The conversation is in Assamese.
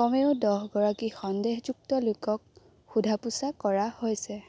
কমেও দহগৰাকী সন্দেহযুক্ত লোকক সোধা পোছা কৰা হৈছে